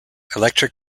electric